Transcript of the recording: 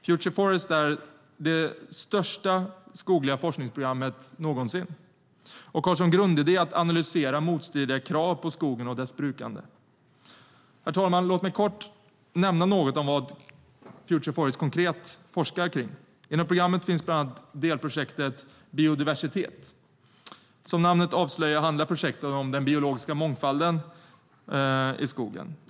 Future Forests är det största skogliga forskningsprogrammet någonsin och har som grundidé att analysera motstridiga krav på skogen och dess brukande. Herr talman! Låt mig kort nämna något om vad Future Forests konkret forskar om. Inom programmet finns bland annat delprojektet Biodiversitet. Som namnet avslöjar handlar projektet om den biologiska mångfalden i skogen.